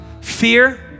Fear